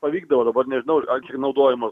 pavykdavo dabar nežinau ar naudojamas